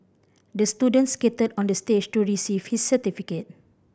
the student skated onto the stage to receive his certificate